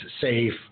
safe